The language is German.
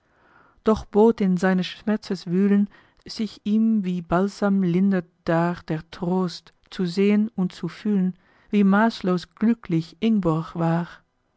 doch bot in seines schmerzes wühlen sich ihm wie balsam lindernd dar der trost zu sehen und zu fühlen wie maßlos glücklich ingborg war